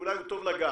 אולי הוא טוב לגז,